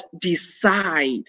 decide